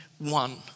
one